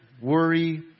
worry